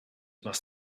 must